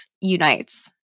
unites